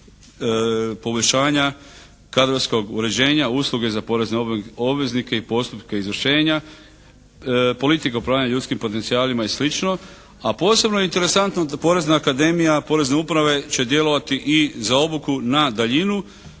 poboljšanja kadrovskog uređenja, usluge za porezne obveznike i postupke izvršenja, politika upravljanja ljudskim potencijalima i slično, a posebno je interesantno Porezna akademija, Porezne uprave će djelovati i za obuku na daljinu